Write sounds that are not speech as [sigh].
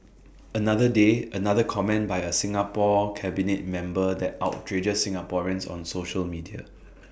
[noise] another day another comment by A Singapore cabinet member that [noise] outrages Singaporeans on social media